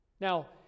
Now